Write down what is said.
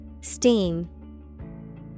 Steam